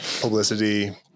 publicity